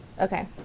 Okay